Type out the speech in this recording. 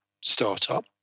startup